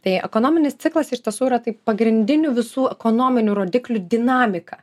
tai ekonominis ciklas iš tiesų yra taip pagrindinių visų ekonominių rodiklių dinamika